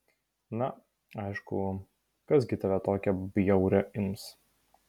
na aišku kas gi tave tokią bjaurią ims